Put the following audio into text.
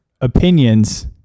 opinions